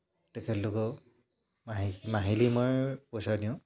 তেখেতলোকক মাহিলি মই পইচা দিওঁ